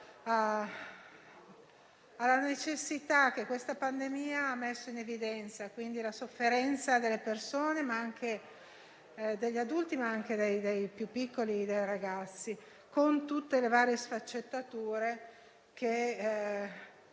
alle necessità che questa pandemia ha messo in evidenza: la sofferenza delle persone, degli adulti ma anche dei più piccoli e dei ragazzi, con tutte le varie sfaccettature che